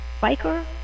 biker